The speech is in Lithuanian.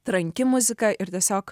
tranki muzika ir tiesiog